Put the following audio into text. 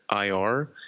IR